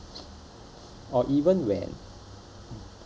or even when